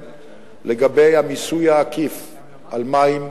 לגבי המיסוי העקיף על מים,